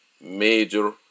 Major